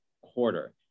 quarter